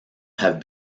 have